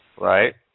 Right